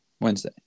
Wednesday